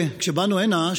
כשבאנו הנה,